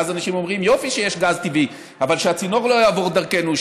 ואז אנשים אומרים: יופי שיש גז טבעי אבל שהצינור לא יעבור דרכנו,